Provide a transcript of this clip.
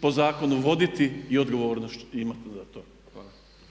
po zakonu voditi i odgovornost onda imati za to.